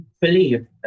believe